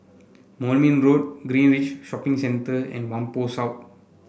Moulmein Road Greenridge Shopping Centre and Whampoa South